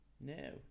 No